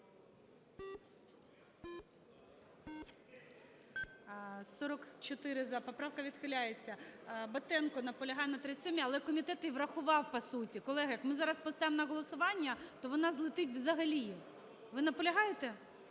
За-44 Поправка відхиляється. Батенко наполягає на 37-й. Але комітет її врахував по суті. Колеги, як ми зараз поставимо на голосування, то вона злетить взагалі. Ви наполягаєте?